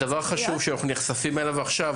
זהו דבר חשוב, שאנחנו נחשפים אליו עכשיו.